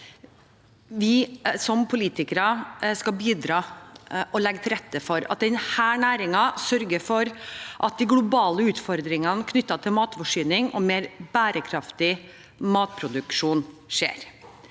vi som politikere skal sørge for å legge til rette for at denne næringen bidrar til å løse de globale utfordringene knyttet til matforsyning og mer bærekraftig matproduksjon.